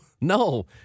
No